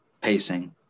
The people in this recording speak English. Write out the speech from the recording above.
pacing